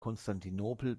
konstantinopel